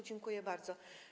Dziękuję bardzo.